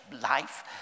life